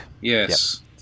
Yes